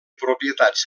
propietats